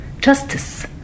Justice